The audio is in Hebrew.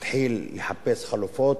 התחיל לחפש חלופות,